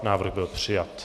Návrh byl přijat.